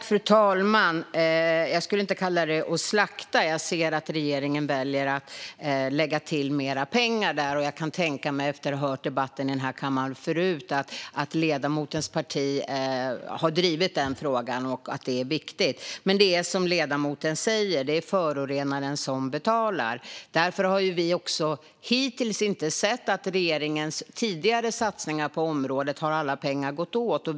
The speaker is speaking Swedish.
Fru talman! Jag skulle inte kalla det att slakta. Jag ser att regeringen väljer att lägga till mer pengar där. Efter att ha hört debatten här i kammaren förut kan jag tänka mig att ledamotens parti har drivit den frågan och att den är viktig för er. Det är som ledamoten säger; det är förorenaren som betalar. Därför har vi hittills inte sett att alla pengar i regeringens tidigare satsningar på området har gått åt.